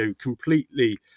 completely